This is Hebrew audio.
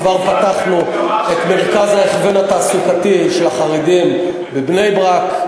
כבר פתחנו את מרכז ההכוון התעסוקתי של החרדים בבני-ברק.